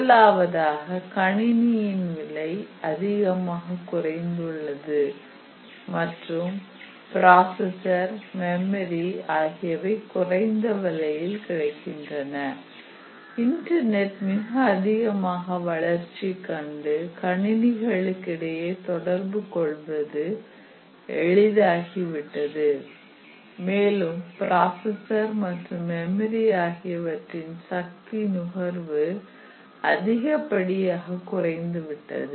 முதலாவதாக கணினியின் விலை அதிகமாக குறைந்துள்ளது மற்றும் பிராசஸர் மெமரி ஆகியவை குறைந்த விலையில் கிடைக்கின்றன இன்டர்நெட் மிக அதிகமாக வளர்ச்சி கண்டு கணினிகளுக்கு இடையே தொடர்பு கொள்வது எளிதாகிவிட்டது மேலும் பிராசஸர் மற்றும் மெமரி ஆகியவற்றின் சக்தி நுகர்வு அதிகப்படியாக குறைந்து விட்டது